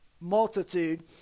multitude